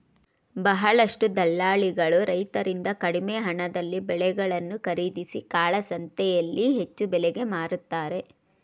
ಬಹಳಷ್ಟು ದಲ್ಲಾಳಿಗಳು ರೈತರಿಂದ ಕಡಿಮೆ ಹಣದಲ್ಲಿ ಬೆಳೆಗಳನ್ನು ಖರೀದಿಸಿ ಕಾಳಸಂತೆಯಲ್ಲಿ ಹೆಚ್ಚು ಬೆಲೆಗೆ ಮಾರುತ್ತಾರೆ